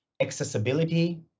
Accessibility